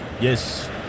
Yes